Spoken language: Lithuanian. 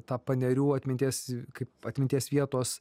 tą panerių atminties kaip atminties vietos